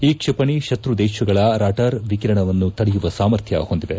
ಈ ಕ್ಷಿಪಣಿ ಶತ್ರು ದೇಶಗಳ ರಾಡರ್ ವಿಕಿರಣವನ್ನು ತಡೆಯುವ ಸಾಮರ್ಥ್ಯ ಹೊಂದಿದೆ